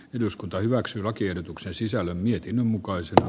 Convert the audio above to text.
eduskunta hyväksyi lakiehdotuksen sisällön mietinnön mukaisena